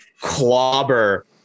clobber